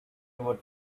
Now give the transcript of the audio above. about